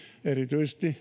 erityisesti